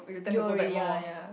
Yuri ya ya